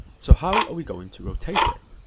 so how are we going to rotate it?